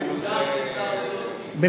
הוא גם שר ללא תיק.